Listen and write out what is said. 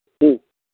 ठीक